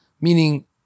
meaning